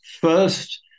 First